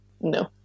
No